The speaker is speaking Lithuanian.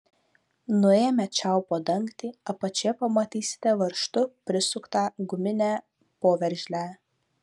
nuėmę čiaupo dangtį apačioje pamatysite varžtu prisuktą guminę poveržlę